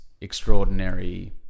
extraordinary